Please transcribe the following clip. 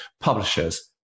publishers